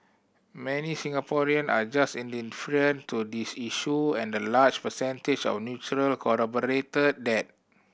many Singaporean are just indifferent to this issue and the large percentage of neutral corroborated that